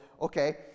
okay